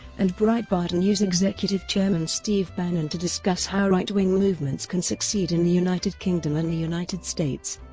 and breitbart and news executive chairman steve bannon to discuss how right-wing movements can succeed in the united kingdom and the united states.